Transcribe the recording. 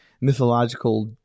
mythological